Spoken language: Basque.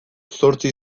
zortzi